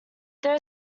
there